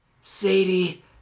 Sadie